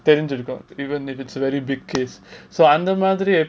தெரிஞ்சிருக்கும்:therinjirukum even if it's a very big case so அந்த மாதிரி:andha madhiri